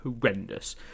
horrendous